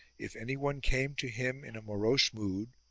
if anyone came to him in a morose mood,